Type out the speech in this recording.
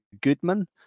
goodman